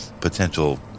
potential